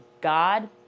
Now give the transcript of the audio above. God